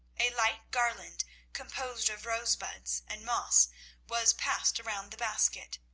a light garland composed of rosebuds and moss was passed around the basket,